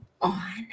on